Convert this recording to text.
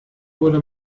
wurde